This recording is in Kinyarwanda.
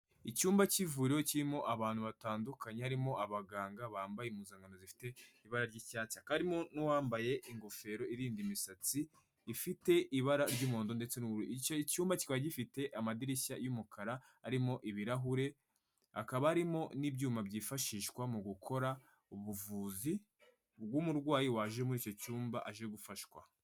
Icyumba k'ivuriro kirimo abantu batandukanye, harimo abaganga bambaye impuzankano zifite ibara ry'icyatsi, hakaba harimo n'uwambaye ingofero irinda imisatsi, ifite ibara ry'umuhondo ndetse n'ubururu, icyo icyumba kikaba gifite amadirishya y'umukara, arimo ibirahure, hakaba harimo n'ibyuma byifashishwa mu gukora ubuvuzi bw'umurwayi waje muri icyo cyumba aje gufashwa.